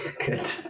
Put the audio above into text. good